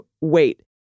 Wait